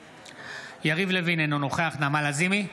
בעד יריב לוין, אינו נוכח נעמה לזימי,